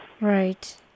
Right